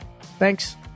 Thanks